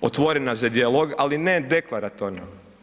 otvorena za dijalog, ali ne deklaratorno.